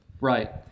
right